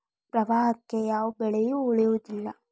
ಪ್ರವಾಹಕ್ಕೆ ಯಾವ ಬೆಳೆಯು ಉಳಿಯುವುದಿಲ್ಲಾ